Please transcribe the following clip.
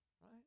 Right